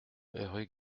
rue